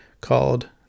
called